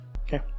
Okay